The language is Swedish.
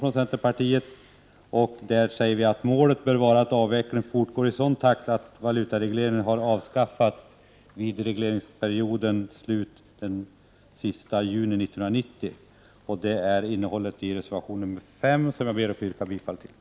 Vi säger där att målet bör vara att avvecklingen fortgår i sådan takt att valutaregleringen har avskaffats vid regleringsperiodens slut den 30 juni 1990. Detta är innehållet i reservation 5, som jag ber att få yrka bifall till.